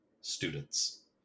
students